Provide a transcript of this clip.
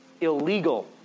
illegal